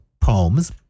poems